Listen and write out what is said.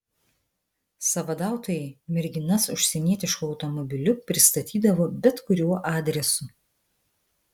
sąvadautojai merginas užsienietišku automobiliu pristatydavo bet kuriuo adresu